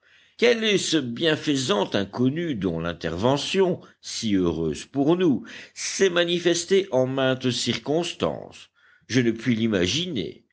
quel est ce bienfaisant inconnu dont l'intervention si heureuse pour nous s'est manifestée en maintes circonstances je ne puis l'imaginer